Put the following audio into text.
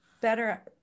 better